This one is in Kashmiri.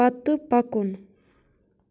پتہٕ پکُن